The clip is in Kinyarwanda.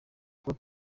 kuba